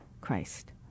Christ